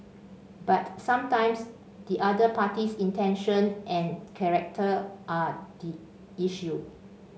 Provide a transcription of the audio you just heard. but sometimes the other party's intention and character are the issue